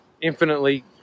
infinitely